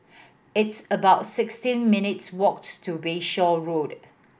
it's about sixteen minutes' walk to Bayshore Road